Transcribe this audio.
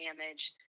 damage